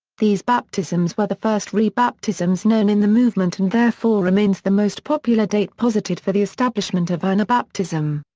these baptisms were the first re-baptisms known in the movement and therefore remains the most popular date posited for the establishment of anabaptism.